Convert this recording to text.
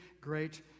great